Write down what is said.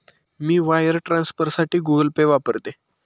मी wire ट्रान्सफरसाठी Google Pay वापरते